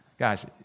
Guys